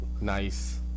nice